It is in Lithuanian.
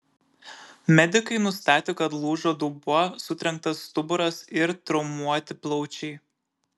medikai nustatė kad lūžo dubuo sutrenktas stuburas ir traumuoti plaučiai